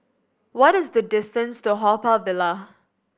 what is the distance to Haw Par Villa